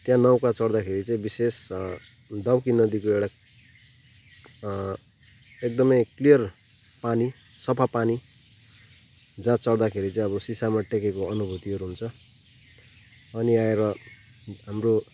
त्यहाँ नौका चढ्दाखेरि चाहिँ विशेष दाउकी नदीको एउटा एकदमै क्लियर पानी सफा पानी जहाँ चढ्दाखेरि चाहिँ अब सिसामा टेकेको अनुभुतिहरू हुन्छ अनि आएर हाम्रो